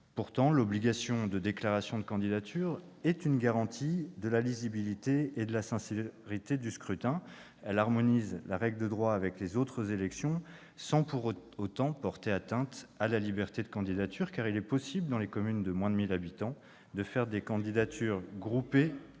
Pourtant, l'obligation de déclaration de candidature est une garantie de la lisibilité et de la sincérité du scrutin. Elle harmonise la règle de droit avec les autres élections sans pour autant porter atteinte à la liberté de candidature, ... C'est mal connaître les communes rurales !... car il est possible dans les communes de moins de 1 000 habitants de faire des candidatures groupées